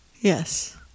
Yes